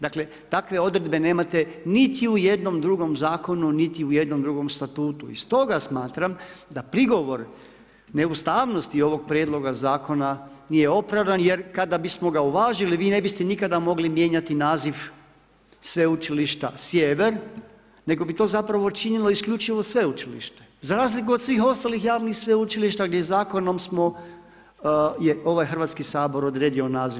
Dakle, takve odredbe nemate niti u jednom drugom zakonu, niti u jednom drugom statutu i stoga smatram da prigovor neustavnosti ovog Prijedloga zakona nije opravdan jer kada bismo ga uvažili, vi ne biste nikada mogli mijenjati naziv sveučilišta Sjever, nego bi to zapravo činilo isključivo sveučilište, za razliku od svih ostalih javnih sveučilišta gdje zakonom smo, ovaj Hrvatski sabor odredio je naziv.